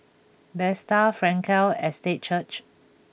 Bethesda Frankel Estate Church